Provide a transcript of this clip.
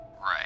Right